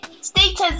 Status